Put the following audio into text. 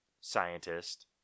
scientist